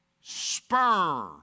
spur